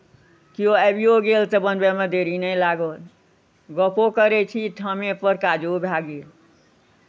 केओ आबियो गेल तऽ बनबैमे देरी नहि लागल गप्पो करै छी ठामेपर काजो भए गेल